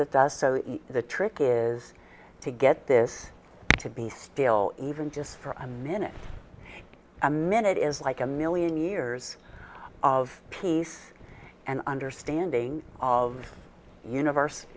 that does so the trick is to get this to be still even just for a minute a minute is like a million years of peace and understanding of univers